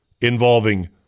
involving